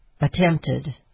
attempted